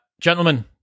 Gentlemen